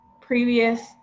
previous